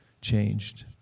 changed